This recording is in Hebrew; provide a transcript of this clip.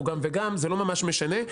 זה לא ממש משנה.